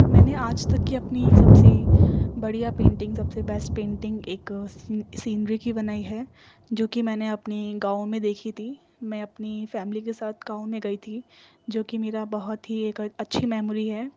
میں نے آج تک کی اپنی سب سے بڑھیا پینٹنگ سب سے بیسٹ پینٹنگ ایک سینری کی بنائی ہے جو کہ میں نے اپنی گاؤں میں دیکھی تھی میں اپنی فیملی کے ساتھ گاؤں میں گئی تھی جو کہ میرا بہت ہی ایک اچھی میموری ہے